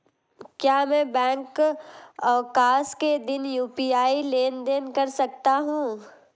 क्या मैं बैंक अवकाश के दिन यू.पी.आई लेनदेन कर सकता हूँ?